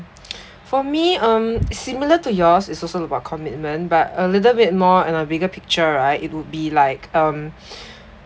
for me um similar to yours is also about commitment but a little bit more and a bigger picture right it would be like um